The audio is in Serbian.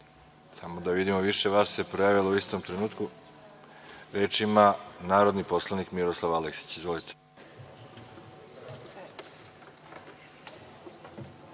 žele reč? Više vas se prijavilo u istom trenutku. Reč ima narodni poslanik Miroslav Aleksić. Izvolite.